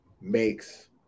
makes